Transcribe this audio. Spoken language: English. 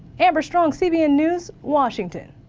amber strong, cbn news washington.